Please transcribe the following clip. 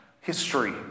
history